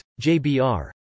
JBR